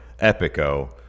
Epico